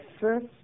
first